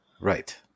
Right